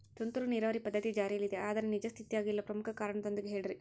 ತುಂತುರು ನೇರಾವರಿ ಪದ್ಧತಿ ಜಾರಿಯಲ್ಲಿದೆ ಆದರೆ ನಿಜ ಸ್ಥಿತಿಯಾಗ ಇಲ್ಲ ಪ್ರಮುಖ ಕಾರಣದೊಂದಿಗೆ ಹೇಳ್ರಿ?